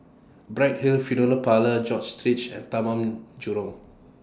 Bright Hill Funeral Parlour George and Taman Jurong